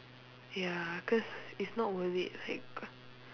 ya cause it's not worth it like